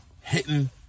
hitting